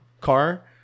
Car